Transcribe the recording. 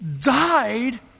died